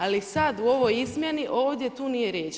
Ali sada u ovoj izmjeni ovdje tu nije riječ.